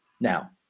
Now